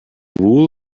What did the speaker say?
wool